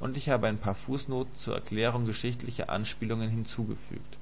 und ich habe ein paar fußnoten zur erklärung geschichtlicher anspielungen hinzugefügt